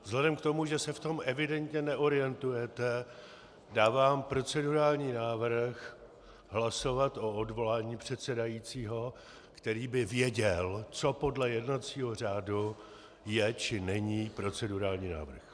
Vzhledem k tomu, že se v tom evidentně neorientujete, dávám procedurální návrh hlasovat o odvolání předsedajícího, který by věděl, co podle jednacího řádu je, či není procedurální návrh.